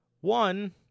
One